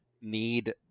need